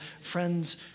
Friends